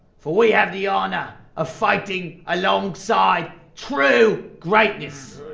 for we have the honor of fighting alongside true greatness.